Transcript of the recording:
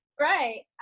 Right